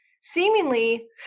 seemingly